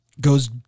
Goes